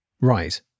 Right